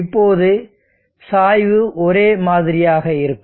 இப்போது சாய்வு ஒரே மாதிரியாக இருக்கும்